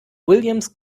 william’s